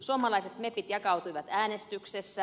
suomalaiset mepit jakautuivat äänestyksessä